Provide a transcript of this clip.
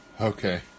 Okay